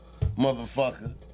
motherfucker